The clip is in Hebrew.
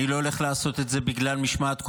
אני לא הולך לעשות את זה בגלל משמעת קואליציונית.